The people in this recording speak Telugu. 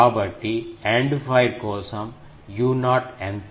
కాబట్టి ఎండ్ ఫైర్ కోసం u0 ఎంత